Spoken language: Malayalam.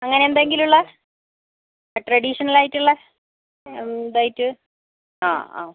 അങ്ങനെ എന്തെങ്കിലും ഉള്ള ട്രഡീഷണൽ ആയിട്ടുള്ള ഇതായിട്ട് ആ ആ